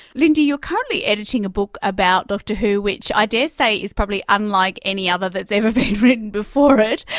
lindy, you're currently editing a book about doctor who which i dare say is probably unlike any other that has ever been written before it.